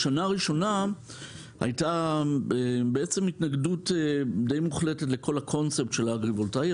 בשנה הראשונה הייתה התנגדות די מוחלטת לכל הקונספט של האגרי-וולטאי,